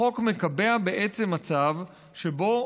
החוק מקבע מצב שבו